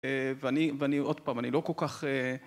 ואני, ואני עוד פעם, אני לא כל כך...